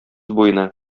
буена